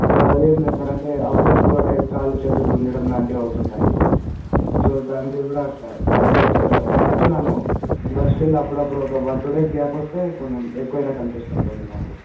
ఏం లేదు సార్ అంటే అప్పుడప్పుడు అంటే కాళ్ళు చేతులు గుంజడం లాంటివి అవుతుంటాయి సో దానికి కూడా టా ట్యాబ్లెట్స్ వాడుతున్నాను బట్ స్టిల్ అప్పుడప్పుడు వన్ టు డేస్ గ్యాప్ వస్తే కొంచెం ఎక్కువైనట్టు అనిపిస్తుంటుంది మాకు